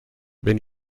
wenn